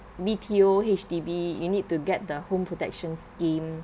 B_T_O H_D_B you need to get the home protection scheme